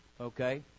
Okay